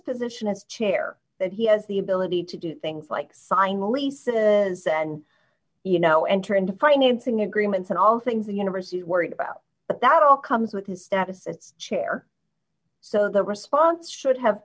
position as chair that he has the ability to do things like sign a lease then you know enter into financing agreements and all things university is worried about that all comes with his status as a chair so the response should have